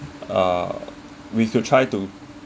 uh we could try to